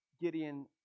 Gideon